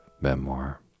memoir